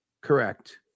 correct